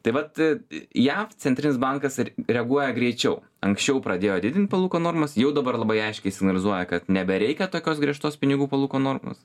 taip vat jav centrinis bankas reaguoja greičiau anksčiau pradėjo didint palūkanų normas jau dabar labai aiškiai signalizuoja kad nebereikia tokios griežtos pinigų palūkanų normos